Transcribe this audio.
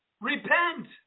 repent